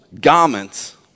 garments